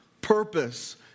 purpose